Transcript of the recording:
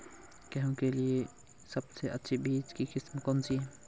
गेहूँ के लिए सबसे अच्छी बीज की किस्म कौनसी है?